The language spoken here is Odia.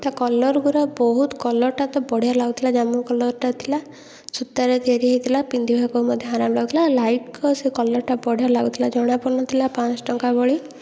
ତା' କଲର୍ ଗୁରା ବହୁତ କଲର୍ଟା ତ ବଢ଼ିଆ ଲାଗୁଥିଲା ଜାମୁ କଲର୍ଟା ଥିଲା ସୂତାରେ ତିଆରି ହେଇଥିଲା ପିନ୍ଧିବାକୁ ମଧ୍ୟ ଆରାମ ଲାଗୁଥିଲା ଲାଇଟ୍କୁ ସେ କଲର୍ଟା ବଢ଼ିଆ ଲାଗୁଥିଲା ଜଣାପଡ଼ୁନଥିଲା ପାଞ୍ଚଶହଟଙ୍କା ଭଳି